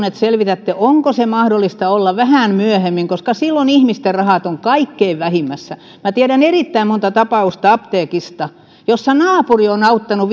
että selvitätte onko se mahdollista olla vähän myöhemmin koska silloin ihmisten rahat ovat kaikkein vähimmässä minä tiedän erittäin monta tapausta apteekista jossa naapuri on auttanut